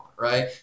Right